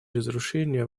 разрушения